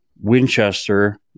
Winchester